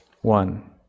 one